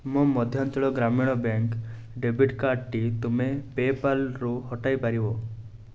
ମୋ Madhyanchal Gramin bank debit କାର୍ଡ଼୍ଟି ତୁମେ ପେ ପାଲ୍ରୁ ହଟାଇ ପାରିବ